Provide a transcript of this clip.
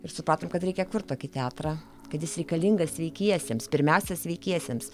ir supratom kad reikia kurt tokį teatrą kad jis reikalingas sveikiesiems pirmiausia sveikiesiems